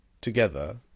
together